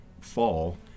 fall